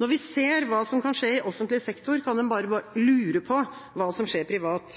Når vi ser hva som kan skje i offentlig sektor, kan en bare lure på hva som skjer privat.